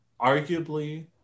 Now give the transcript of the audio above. Arguably